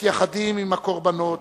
מתייחדים עם זכר הקורבנות,